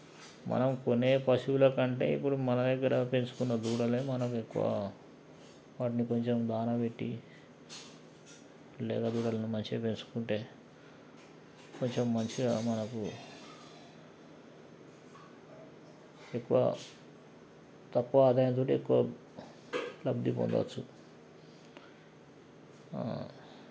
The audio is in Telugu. మనం కొనే పశువుల కంటే ఇప్పుడు మన దగ్గర పెంచుకునే దూడలే మనకు ఎక్కువ వాటిని కొంచెం దాన పెట్టి లేగ దూడలను మంచిగా పెంచుకుంటే కొంచెం మంచిగా మనకు ఎక్కువ తక్కువ ఆదాయం తోటి ఎక్కువ లబ్ధి పొందవచ్చు